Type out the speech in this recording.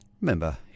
Remember